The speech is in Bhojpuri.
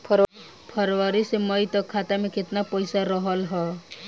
फरवरी से मई तक खाता में केतना पईसा रहल ह?